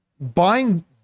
buying